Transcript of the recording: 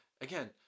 again